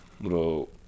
Little